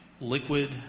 liquid